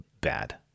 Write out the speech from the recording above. bad